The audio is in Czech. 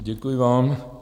Děkuji vám.